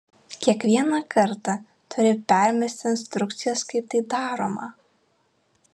kiekvieną kartą turi permesti instrukcijas kaip tai daroma